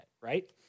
right